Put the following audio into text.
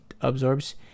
absorbs